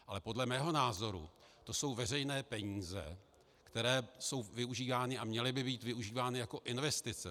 Ale podle mého názoru to jsou veřejné peníze, které jsou využívány a měly by být využívány jako investice.